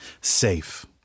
Safe